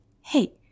Hey